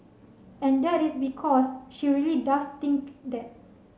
and that is because she really does think that